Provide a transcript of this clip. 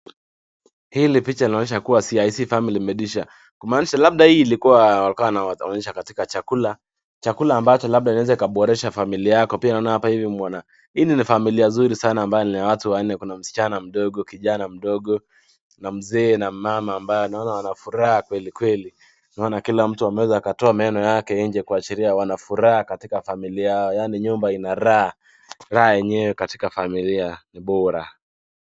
Hili picha linaonyesha kuwa CIC Family Medisure. Kumaanisha labda hii ilikuwa walikuwa wanaonyesha katika chakula. Chakula ambacho labda inaweza ikaboresha familia yako. Pia naona hapa hivi maana hii ni familia nzuri sana ambayo ni ya watu wanne, kuna msichana mdogo, kijana mdogo, na mzee na mama ambayo naona wana furaha kweli kweli. Unaona kila mtu ameweza akatoa meno yake nje kuashiria wana furaha katika familia yao, yaani nyumba ina raha, raha yenyewe katika familia ni bora.